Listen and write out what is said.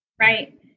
right